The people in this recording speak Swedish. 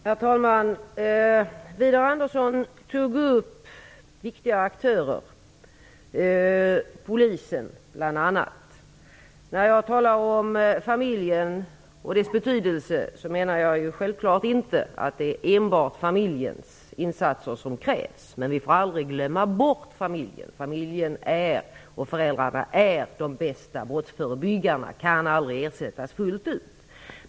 Herr talman! Widar Andersson nämnde viktiga aktörer, polisen bl.a. När jag talar om familjen och dess betydelse menar jag självklart inte att det är enbart familjens insatser som krävs. Men vi får inte glömma bort familjen. Familjen och föräldrarna är de bästa brottsförebyggarna och kan aldrig ersättas fullt ut.